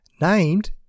named